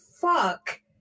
fuck